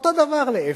אותו הדבר להיפך.